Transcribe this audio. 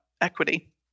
equity